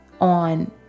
on